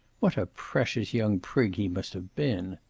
what a precious young prig he must have been!